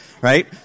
Right